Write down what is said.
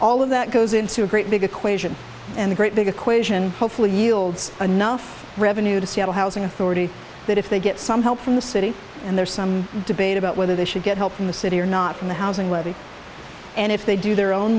all of that goes into a great big equation and a great big equation hopefully yields enough revenue to seattle housing authority that if they get some help from the city and there's some debate about whether they should get help from the city or not from the housing levy and if they do their own